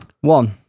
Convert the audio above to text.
One